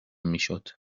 میشد